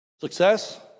Success